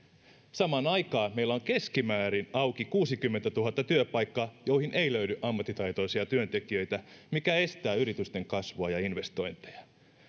samaan aikaan meillä on auki keskimäärin kuusikymmentätuhatta työpaikkaa joihin ei löydy ammattitaitoisia työntekijöitä mikä estää yritysten kasvua ja investointeja